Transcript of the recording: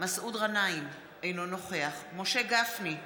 מסעוד גנאים, אינו נוכח משה גפני,